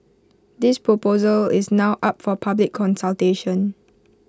this proposal is now up for public consultation